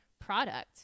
product